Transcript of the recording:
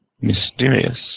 Mysterious